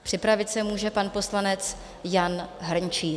Připravit se může pan poslanec Jan Hrnčíř.